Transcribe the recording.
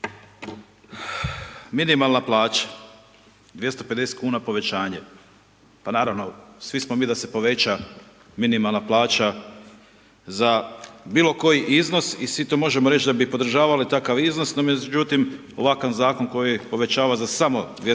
Minimalna plaća, 250,00 kn povećanje, pa naravno, svi smo mi da se poveća minimalna plaća za bilo koji iznos i svi to možemo reći da bi podržavali takav iznos, no međutim, ovakav Zakon koji povećava za samo 250,00